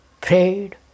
prayed